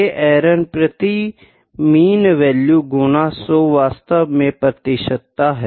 ये एरर प्रति mean value गुना 100 वास्तव में प्रतिशतता है